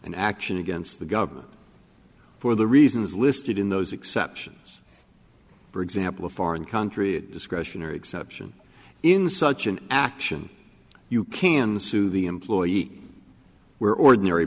an action against the government for the reasons listed in those exceptions for example a foreign country is discretionary exemption in such an action you can sue the employee where ordinary